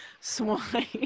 swine